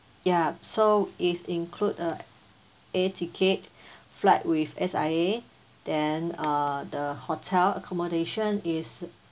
ya so it's include a air ticket flight with S_I_A then uh the hotel accommodation is